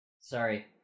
Sorry